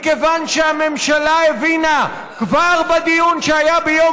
מכיוון שהממשלה הבינה כבר בדיון שהיה ביום